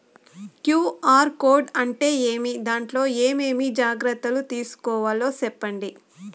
QR code అంటే ఏమి? దాంట్లో ఏ ఏమేమి జాగ్రత్తలు తీసుకోవాలో సెప్పండి?